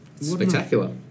Spectacular